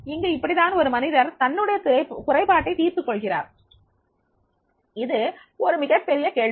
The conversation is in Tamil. இங்கு இப்படித்தான் ஒரு மனிதர் தன்னுடைய குறைபாட்டை தீர்த்துக் கொள்கிறார் இது ஒரு மிகப்பெரிய கேள்வி